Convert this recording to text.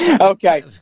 Okay